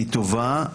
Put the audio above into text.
היא טובה.